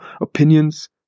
opinions